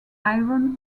iron